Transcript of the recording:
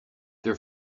their